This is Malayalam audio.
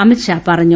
അമിത്ഷാ പറഞ്ഞു